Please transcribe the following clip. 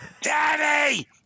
Daddy